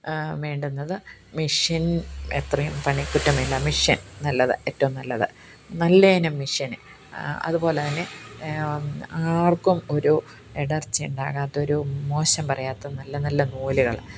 വേണ്ടുന്നത് മിഷന് എത്രയും പണിക്കുറ്റമില്ല മിഷന് നല്ലത് ഏറ്റവും നല്ലത് നല്ല ഇനം മിഷന് അതുപോലെ തന്നെ ആര്ക്കും ഒരു ഇടര്ച്ച ഉണ്ടാകാത്ത ഒരു മോശം പറയാത്ത നല്ല നല്ല നൂലുകൾ